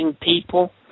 people